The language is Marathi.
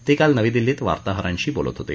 ते काल नवी दिल्ली क्रं वार्ताहरांशी बोलत होते